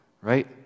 right